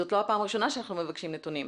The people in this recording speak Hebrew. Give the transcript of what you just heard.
זאת לא הפעם הראשונה שאנחנו מבקשים נתונים,